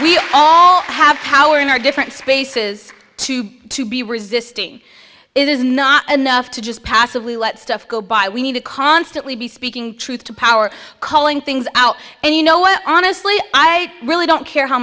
they all have power in our different spaces too big to be resisting it is not enough to just passively let stuff go by we need to constantly be speaking truth to power calling things out and you know what honestly i really don't care how